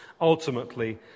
ultimately